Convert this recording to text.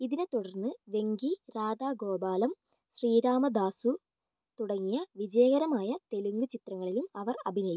ഇതിനെ തുടർന്ന് വെങ്കി രാധാ ഗോപാലം ശ്രീരാമ ദാസു തുടങ്ങിയ വിജയകരമായ തെലുങ്ക് ചിത്രങ്ങളിലും അവർ അഭിനയിച്ചു